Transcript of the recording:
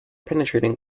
penetrating